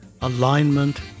alignment